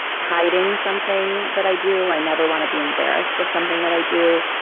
hiding something that i do. i never want to be embarrassed of something that i do.